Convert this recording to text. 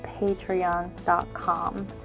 patreon.com